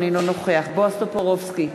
אינו נוכח בועז טופורובסקי,